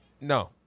No